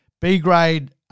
B-grade